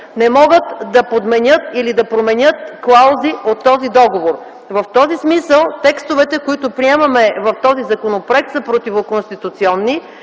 не могат да подменят или да променят клаузи от този договор. В този смисъл текстовете, които приемаме в този законопроект, са противоконституционни,